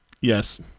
Yes